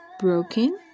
broken